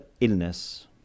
illness